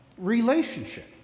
relationship